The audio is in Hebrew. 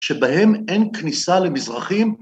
‫שבהם אין כניסה למזרחים.